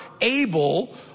able